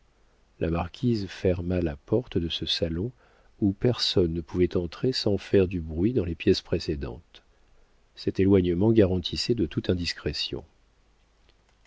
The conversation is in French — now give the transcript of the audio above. la marquise ferma la porte de ce salon où personne ne pouvait entrer sans faire du bruit dans les pièces précédentes cet éloignement garantissait de toute indiscrétion